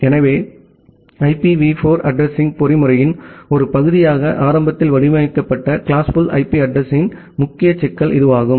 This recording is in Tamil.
எனவே ஐபிவி4 அட்ரஸிங்பொறிமுறையின் ஒரு பகுதியாக ஆரம்பத்தில் வடிவமைக்கப்பட்ட கிளாஸ்ஃபுல் ஐபி அட்ரஸிங்யின் முக்கிய சிக்கல் இதுவாகும்